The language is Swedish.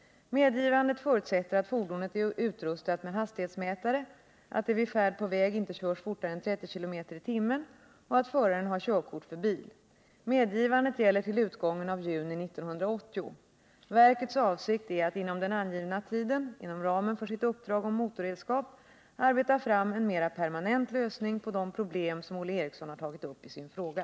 Medgivandet förutsätter att fordonet är utrustat med hastighetsmätare, att det vid färd på väg inte körs fortare än 30 km/tim och att föraren har körkort för bil. Medgivandet gäller till utgången av juni 1980. Verkets avsikt är att inom den angivna tiden — inom ramen för sitt uppdrag om motorredskap — arbeta fram en mera permanent lösning på de problem som Olle Eriksson har tagit upp i sin fråga.